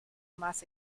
más